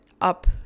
up